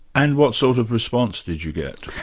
and what sort of response did you get?